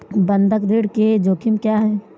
बंधक ऋण के जोखिम क्या हैं?